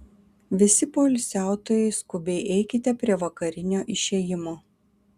visi poilsiautojai skubiai eikite prie vakarinio išėjimo